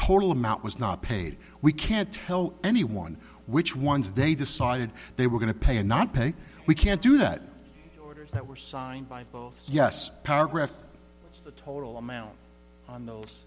total amount was not paid we can't tell anyone which ones they decided they were going to pay and not pay we can't do that that were signed by both yes paragraph the total amount on those